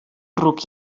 ruc